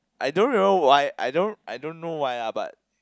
I don't remember why I don't I don't know why lah but